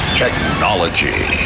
technology